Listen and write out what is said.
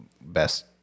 best